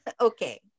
Okay